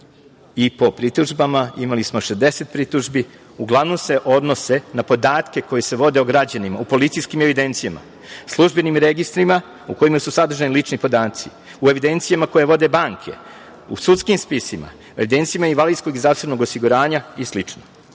i po pritužbama. Imali smo 60 pritužbi. Uglavnom se odnose na podatke koji se vode o građanima, u policijskim evidencijama, službenim registrima u kojima su sadržani lični podaci, u evidencijama koje vode, u sudskim spisima, evidencijama invalidskog i zdravstvenog osiguranja i